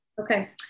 Okay